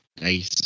Nice